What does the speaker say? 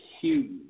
huge